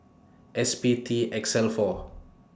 S P T X L four